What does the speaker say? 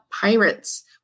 pirates